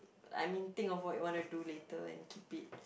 I mean think of what you want to do later and keep it